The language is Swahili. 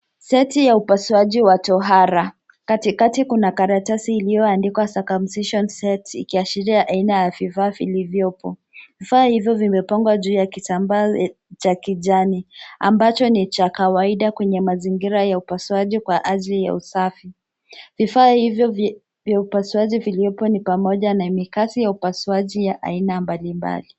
Seti ya upasuaji wa tohara. Katikati kuna karatasi iliyoandikwa circumcision sets ikiashiria aina ya vifaa vilivyopo. Vifaa hivyo vimepangwa juu ya kitambaa cha kijani ambacho ni cha kawaida kwenye mazingira ya upasuaji kwa ajili ya usafi. Vifaa hivyo vya upasuaji vilivyopo ni pamoja na makasi ya upasuaji ya aina mbalimbali.